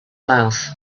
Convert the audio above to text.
mouth